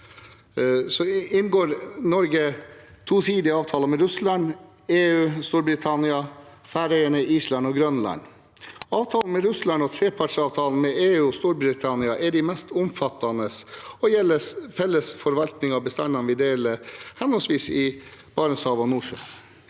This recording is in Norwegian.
verdiskapingsgapet etter oljen land, EU, Storbritannia, Færøyene, Island og Grønland. Avtalen med Russland og trepartsavtalen med EU og Storbritannia er de mest omfattende og gjelder felles forvaltning av bestandene vi deler i henholdsvis Barentshavet og Nordsjøen.